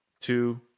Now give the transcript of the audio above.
two